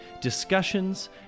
discussions